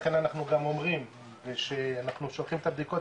לכן אנחנו גם אומרים שאנחנו שולחים את הבדיקות,